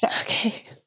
Okay